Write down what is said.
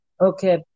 Okay